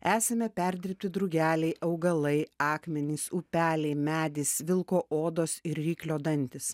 esame perdirbti drugeliai augalai akmenys upeliai medis vilko odos ir ryklio dantys